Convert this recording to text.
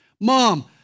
Mom